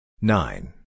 Nine